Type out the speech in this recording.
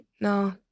No